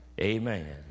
Amen